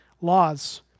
laws